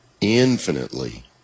infinitely